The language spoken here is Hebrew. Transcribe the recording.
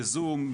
בזום,